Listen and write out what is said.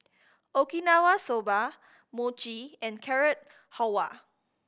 Okinawa Soba Mochi and Carrot Halwa